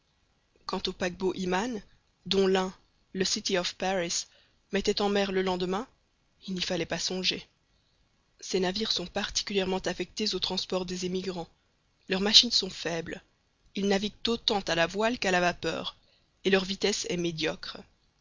quant aux paquebots imman dont l'un le city of paris mettait en mer le lendemain il n'y fallait pas songer ces navires sont particulièrement affectés au transport des émigrants leurs machines sont faibles ils naviguent autant à la voile qu'à la vapeur et leur vitesse est médiocre